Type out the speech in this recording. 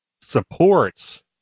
supports